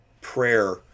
prayer